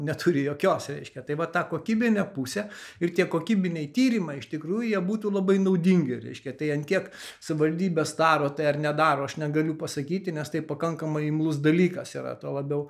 neturi jokios reiškia tai va ta kokybinė pusė ir tie kokybiniai tyrimai iš tikrųjų jie būtų labai naudingi reiškia tai ant kiek savivaldybės daro tai ar nedaro aš negaliu pasakyti nes tai pakankamai imlus dalykas yra tuo labiau